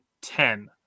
ten